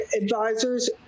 advisors